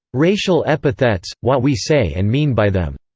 racial epithets what we say and mean by them.